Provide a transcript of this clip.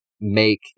make